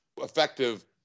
effective